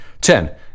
Ten